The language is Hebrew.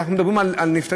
אנחנו מדברים על נפטרים,